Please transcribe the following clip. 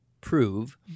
prove